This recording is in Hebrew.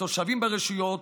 התושבים ברשויות,